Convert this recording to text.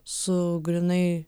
su grynai